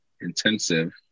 intensive